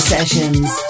Sessions